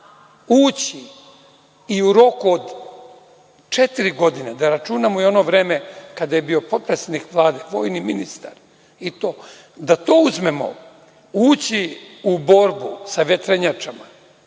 ući i u roku od četiri godine, da računamo i ono vreme kada je bio potpredsednik Vlade i vojni ministar, da to uzmemo, ući u borbu sa vetrenjačama,